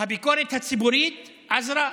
הביקורת הציבורית עזרה,